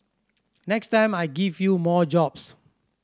next time I give you more jobs